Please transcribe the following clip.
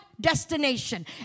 destination